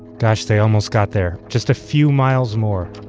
gosh, they almost got there. just a few miles more.